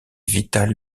vitale